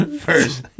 first